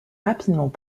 rapidement